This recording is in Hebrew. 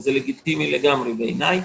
וזה לגיטימי לגמרי בעיניי.